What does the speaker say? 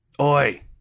Oi